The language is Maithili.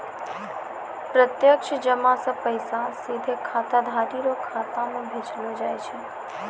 प्रत्यक्ष जमा से पैसा सीधे खाताधारी रो खाता मे भेजलो जाय छै